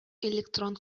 электрон